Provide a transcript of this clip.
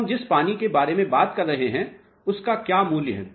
हम जिस पानी के बारे में बात कर रहे हैं उसका क्या मूल्य है